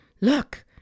look